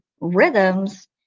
rhythms